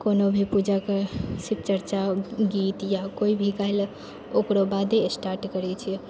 कोनो भी पूजाके शिव चर्चा गीत या कोई भी ओकरा बादे स्टार्ट करै छियै